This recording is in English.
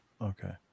Okay